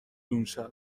اونشب